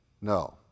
No